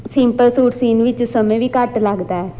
simple suit ਸੀਣ ਵਿੱਚ ਸਮਾਂ ਵੀ ਘੱਟ ਲੱਗਦਾ